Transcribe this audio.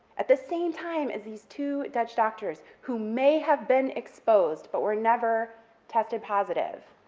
at the same time as these two dutch doctors who may have been exposed, but were never tested positive.